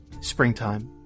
springtime